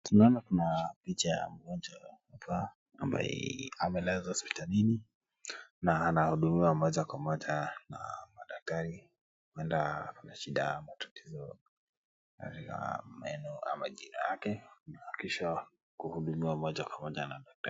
Tunaona kuna picha ya mgonjwa hapa ambaye amelazwa hospitalini na anahudumiwa moja kwa moja na madaktari. Huenda anashida ama tatizo katika meno ama jino yake na kisha kuhudumiwa moja kwa moja na daktari.